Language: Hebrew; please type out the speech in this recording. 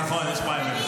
נכון, נכון.